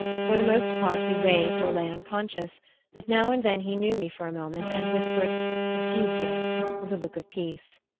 for the most part he raved or lay unconscious but now and then he knew me for a moment, and whispered egidio with a look of peace.